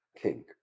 king